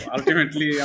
Ultimately